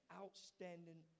outstanding